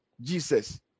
jesus